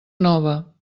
nova